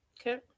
Okay